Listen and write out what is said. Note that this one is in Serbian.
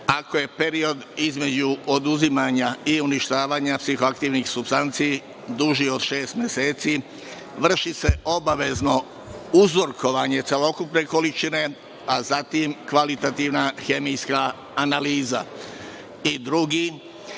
ako je period između oduzimanja i uništavanja psihoaktivnih supstanci duži od šest meseci, vrši se obavezno uzorkovanje celokupne količine, a zatim kvalitativna hemijska analiza. Drugi,